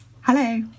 Hello